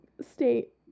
state